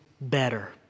Better